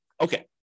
Okay